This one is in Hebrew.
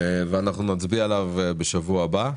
אנחנו נצביע עליו בשבוע הבא.